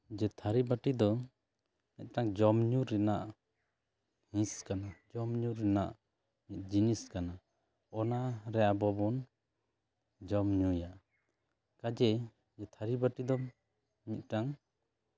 ᱡᱮ ᱛᱷᱟᱹᱨᱤᱵᱟᱹᱴᱤ ᱫᱚ ᱢᱤᱫᱴᱟᱱ ᱡᱚᱢ ᱧᱩ ᱨᱮᱱᱟᱜ ᱦᱤᱸᱥ ᱠᱟᱱᱟ ᱡᱚᱢ ᱧᱩ ᱨᱮᱱᱟᱜ ᱢᱤᱫ ᱡᱤᱱᱤᱥ ᱠᱟᱱᱟ ᱚᱱᱟᱨᱮ ᱟᱵᱚ ᱵᱚᱱ ᱡᱚᱢ ᱧᱩᱭᱟ ᱠᱟᱡᱮᱭ ᱛᱷᱟᱹᱨᱤ ᱵᱟᱹᱴᱤ ᱫᱚ ᱢᱤᱫᱴᱟᱱ